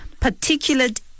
Particulate